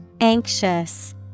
Anxious